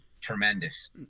tremendous